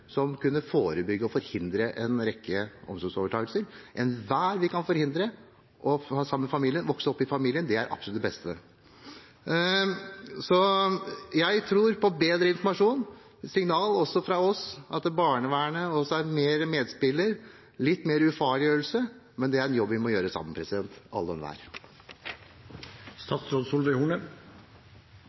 som dette ville medføre, som kunne forebygge og forhindre en rekke omsorgsovertakelser. Enhver slik bør vi forhindre. At barnet vokser opp i og sammen med familien, er absolutt det beste. Så jeg tror på bedre informasjon. Det må komme signal også fra oss om at barnevernet i større grad er en medspiller; det må gjøres mer ufarlig. Men det er en jobb vi må gjøre sammen,